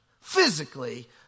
physically